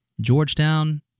georgetown